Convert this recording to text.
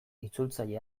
itzultzaile